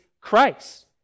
Christ